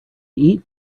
eat